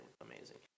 amazing